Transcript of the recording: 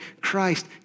Christ